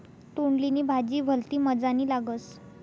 तोंडली नी भाजी भलती मजानी लागस